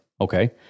Okay